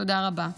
תודה רבה.